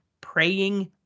praying